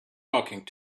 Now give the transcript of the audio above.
talking